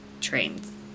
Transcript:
trains